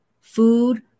food